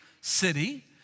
city